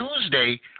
Tuesday